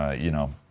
ah you know.